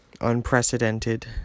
unprecedented